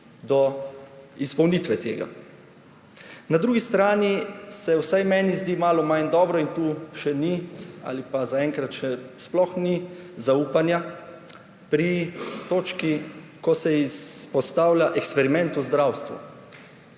do izpolnitve tega. Na drugi strani se vsaj meni zdi malo manj dobro in tu še ni ali pa zaenkrat še sploh ni zaupanja pri točki, ko se izpostavlja eksperiment v zdravstvu.